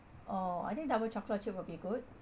oh I think double chocolate chip will be good